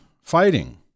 fighting